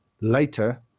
later